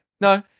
No